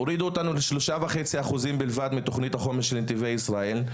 הורידו אותנו ל-3.5% בלבד מתוכנית החומש של נתיבי ישראל,